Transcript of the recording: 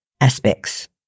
aspects